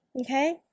okay